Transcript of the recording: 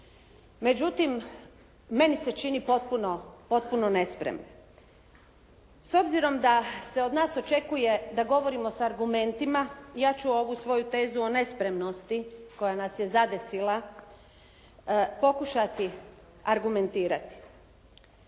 međutim meni se čini potpuno nespremne. S obzirom da se od nas očekuje da govorimo s argumentima, ja ću ovu svoju tezu o nespretnosti koja nas je zadesila, pokušati argumentirati.